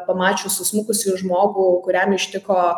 pamačius susmukusį žmogų kuriam ištiko